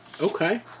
Okay